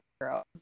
Girl